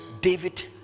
David